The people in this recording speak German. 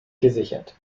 gesichert